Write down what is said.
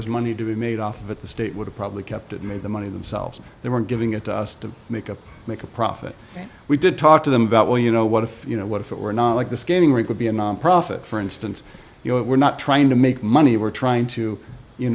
was money to be made off of it the state would have probably kept it made the money themselves they were giving it to us to make up make a profit we did talk to them about well you know what if you know what if it were not like the skating rink would be a nonprofit for instance you know we're not trying to make money we're trying to you